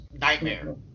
nightmare